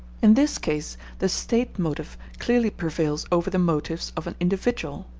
in this case the state-motive clearly prevails over the motives of an individual.